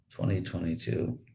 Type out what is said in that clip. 2022